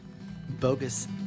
bogus